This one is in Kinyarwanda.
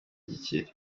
gikeli